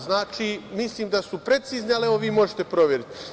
Znači, mislim da su precizni, ali vi možete proveriti.